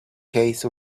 case